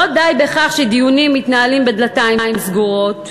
לא די בכך שדיונים מתנהלים בדלתיים סגורות,